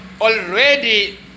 already